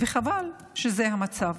וחבל שזה המצב.